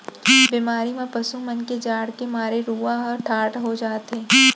बेमारी म पसु मन के जाड़ के मारे रूआं ह ठाड़ हो जाथे